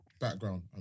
background